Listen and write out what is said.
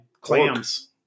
clams